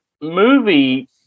movie